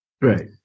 Right